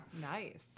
Nice